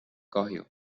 kahju